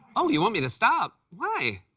oh, you want me to stop? why?